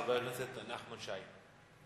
חבר הכנסת נחמן שי.